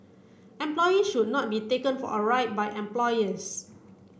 employees should not be taken for a ride by employers